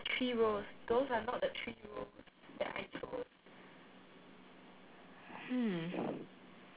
hmm